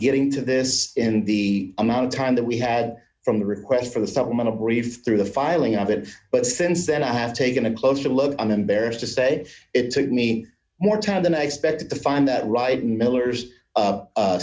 getting to this in the amount of time that we had from the request for the supplemental brief through the filing of it but since then i have taken a closer look an embarrassed to say it took me more time than i expected to find that right miller's